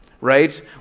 right